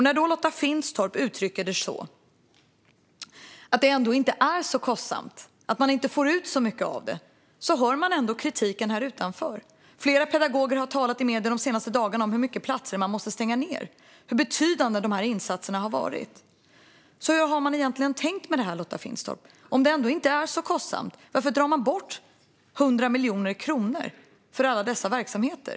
När då Lotta Finstorp uttrycker att det ändå inte är så kostsamt och att man inte får ut så mycket av det hör man ändå kritiken här utanför. Flera pedagoger har de senaste dagarna talat i medierna om hur många platser som måste stängas och hur betydande de här insatserna har varit. Hur har man egentligen tänkt med detta, Lotta Finstorp? Om det ändå inte är så kostsamt, varför drar man bort 100 miljoner kronor från alla dessa verksamheter?